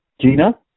Gina